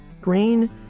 Green